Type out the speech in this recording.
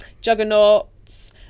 Juggernauts